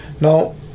Now